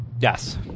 Yes